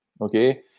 Okay